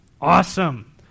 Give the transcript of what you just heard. Awesome